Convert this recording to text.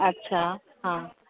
अच्छा हा